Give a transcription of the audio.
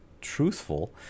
truthful